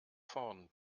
vorn